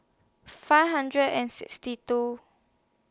five hundred and sixty two